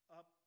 up